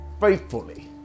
faithfully